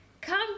come